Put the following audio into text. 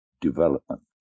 development